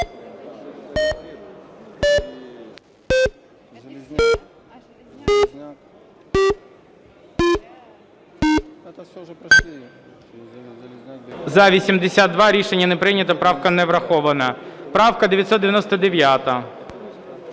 За-82 Рішення не прийнято. Правка не врахована. Правка 999.